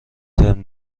ترم